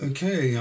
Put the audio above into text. Okay